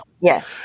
Yes